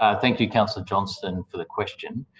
ah thank you, councillor johnston, for the question.